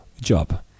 job